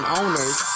owners